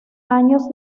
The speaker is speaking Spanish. años